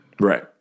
Right